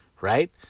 right